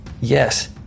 Yes